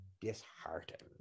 disheartened